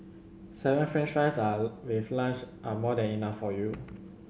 seven French fries are with lunch are more than enough for you